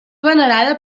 venerada